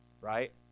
right